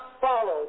follow